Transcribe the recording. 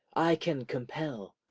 i can compel.